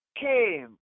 came